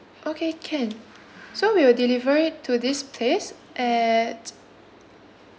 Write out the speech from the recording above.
okay can so we will deliver it to this place at